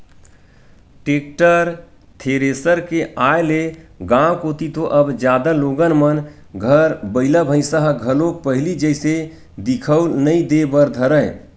tractor, thresher के आय ले गाँव कोती तो अब जादा लोगन मन घर बइला भइसा ह घलोक पहिली जइसे दिखउल नइ देय बर धरय